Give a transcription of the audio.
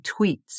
tweets